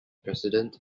president